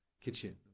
kitchen